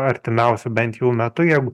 artimiausiu bent jau metu jeigu